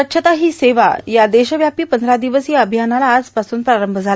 स्वच्छता ही सेवा या देशव्यापी पंधरा दिवसीय अभियानाला आजपासून प्रारंभ झाला